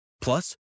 Plus